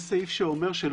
יש סעיף שאומר,